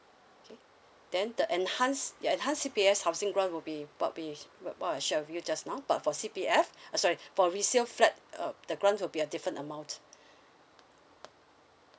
okay then the enhanced the enhanced C P F housing grant would be what we what I shared with you just now but for C P F uh sorry for resale flat uh the grant will be at different amount